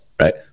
right